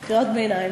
אדוני, קריאות ביניים.